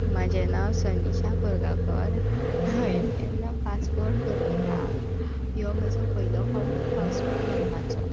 म्हाजें नांव सनिशा कोरगाकर हांवें केन्ना पासपोर्ट करुना ह्यो म्हजो पयलो फावटूच पासपोर्ट करपाचो